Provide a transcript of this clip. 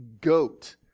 goat